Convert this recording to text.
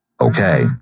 Okay